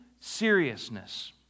seriousness